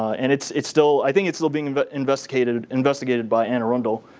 and it's it's still i think it's still being but investigated investigated by anne arundel.